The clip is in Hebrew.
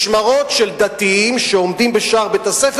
משמרות של דתיים שעומדים בשער בית-הספר